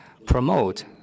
promote